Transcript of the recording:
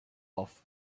off